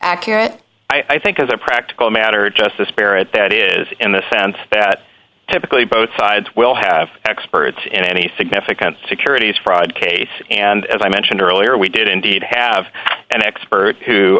accurate i think as a practical matter just the spirit that is in the sense that typically both sides will have experts in any significant securities fraud case and as i mentioned earlier we did indeed have an expert who